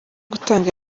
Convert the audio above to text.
gutanga